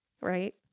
right